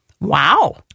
Wow